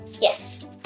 Yes